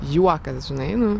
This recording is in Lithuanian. juokas žinai nu